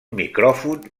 micròfon